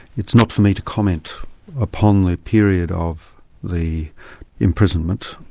it's not for me to comment upon the period of the imprisonment,